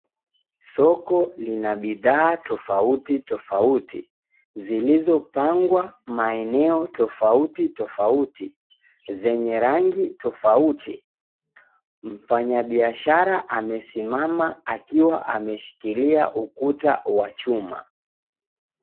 Soko lina bidhaa tofauti tofauti, zilizopangwa maeneo tofauti tofauti, zenye rangi tofauti. Mfanya biashara amesimama akiwa ameshikilia ukuta wa chuma.